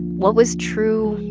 what was true?